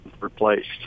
replaced